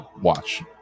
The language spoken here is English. Watch